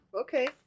okay